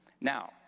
Now